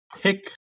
pick